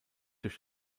durch